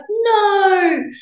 no